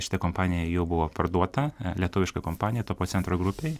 šita kompanija jau buvo parduota lietuviška kompanija topo centro grupei